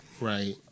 right